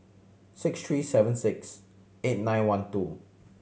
six three seven six eight nine one two